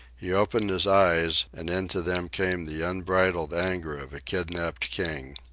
he opened his eyes, and into them came the unbridled anger of a kidnapped king.